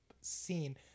scene